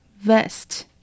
vest